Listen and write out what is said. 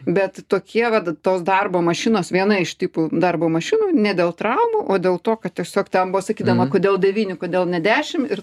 bet tokie vat tos darbo mašinos viena iš tipų darbo mašinų ne dėl traumų o dėl to kad tiesiog ten buvo sakydama kodėl devyni kodėl ne dešimt ir